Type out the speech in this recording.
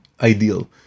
ideal